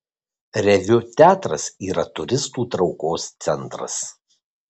reviu teatras yra turistų traukos centras